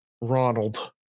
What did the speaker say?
Ronald